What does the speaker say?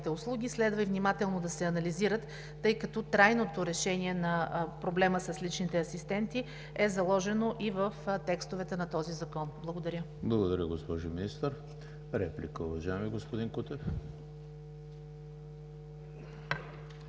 Благодаря Ви, госпожо Министър. Реплика, уважаеми господин Кутев.